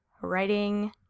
Writing